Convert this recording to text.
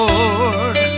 Lord